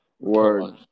Word